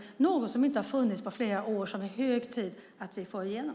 Det är något som inte har funnits på flera år och som det är hög tid att vi får igenom.